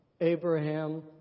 Abraham